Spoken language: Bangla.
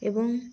এবং